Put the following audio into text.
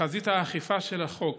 בחזית האכיפה של החוק